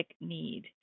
need